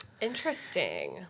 Interesting